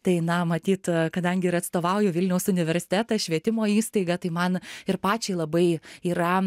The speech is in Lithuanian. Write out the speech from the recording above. tai na matyt kadangi ir atstovauju vilniaus universitetą švietimo įstaigą tai man ir pačiai labai yra